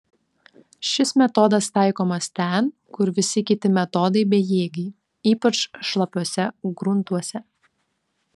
šis metodas taikomas ten kur visi kiti metodai bejėgiai ypač šlapiuose gruntuose